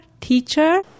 teacher